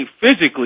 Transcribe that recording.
physically